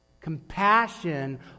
Compassion